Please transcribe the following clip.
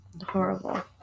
horrible